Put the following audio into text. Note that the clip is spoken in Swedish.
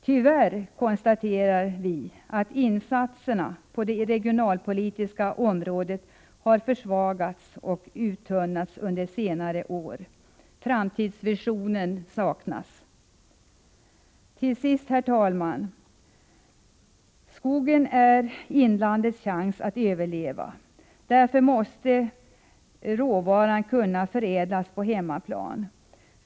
Tyvärr konstaterar vi att insatserna på det regionalpolitiska området har försvagats och uttunnats under senare år. Framtidsvisioner har saknats. Till sist, herr talman: Skogen är inlandets chans att överleva, och därför måste man kunna förädla den på hemmaplan.